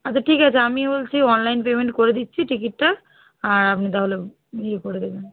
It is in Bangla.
আচ্ছা ঠিক আছে আমি বলছি অনলাইন পেমেন্ট করে দিচ্ছি টিকিটটা আর আপনি তাহলে ইয়ে করে দেবেন